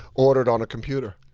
ordered on a computer.